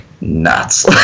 nuts